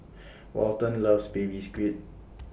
Walton loves Baby Squid